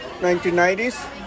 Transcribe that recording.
1990s